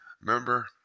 remember